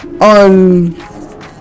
on